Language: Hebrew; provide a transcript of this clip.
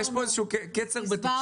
יש פה איזשהו קצר בתקשורת.